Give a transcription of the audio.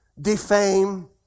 defame